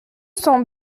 cent